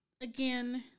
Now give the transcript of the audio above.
again